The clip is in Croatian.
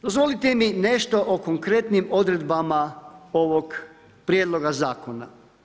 Dozvolite mi nešto o konkretnim odredbama ovog prijedloga zakona.